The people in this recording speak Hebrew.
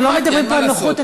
אנחנו לא מדברים פה על נוחות,